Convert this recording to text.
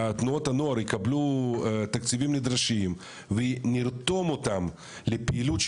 תנועות הנוער יקבלו תקציבים נדרשים ונרתום אותם לפעילות של